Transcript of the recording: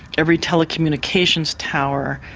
every telecommunications tower,